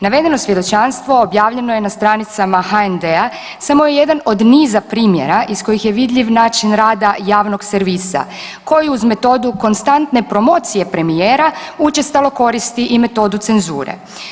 Navedeno svjedočanstvo objavljeno je na stranicama HND-a, samo je jedan od niza primjera iz kojih je vidljiv način rada javnog servisa koji uz metodu konstantne promocije premijera, učestalo koristi i metodu cenzure.